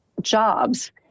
jobs